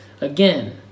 Again